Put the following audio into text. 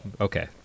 okay